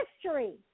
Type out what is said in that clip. history